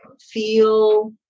feel